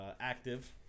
active